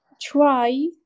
try